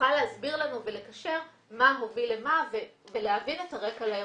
יוכל להסביר לנו ולקשר מה הוביל ומה ולהבין את הרקע לאירוע.